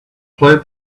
play